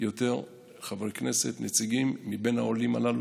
יותר חברי כנסת, נציגים, מן העולים הללו.